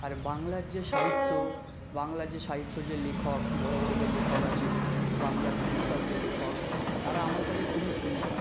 আর বাংলার যে সাহিত্য বাংলার যে সাহিত্য যে লেখক বড়ো বড়ো যে লেখক আছে বাংলার কবিতার যে লেখক তারা আমার কাছে খুবই প্রিয়